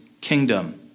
kingdom